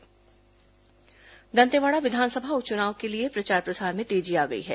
दंतेवाड़ा उप चुनाव दंतेवाड़ा विधानसभा उप चुनाव के लिए प्रचार प्रसार में तेजी आ गई है